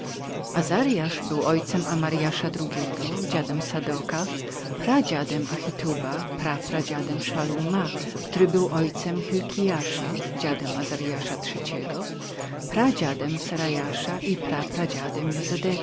azariah był ojcem amariaha drugiego dziadem sadoka pradziadem achituba prapradziadem szalluma który był ojcem szylkiaha dziadem azariaha trzeciego pradziadem seruiaha i prapradziadem